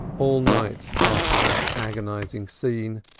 all night, after that agonizing scene,